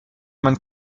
man